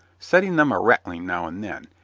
setting them a-rattling now and then,